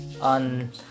on